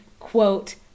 Quote